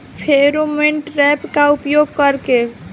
Pheromone trap का उपयोग कर के?